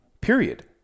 period